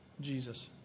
Jesus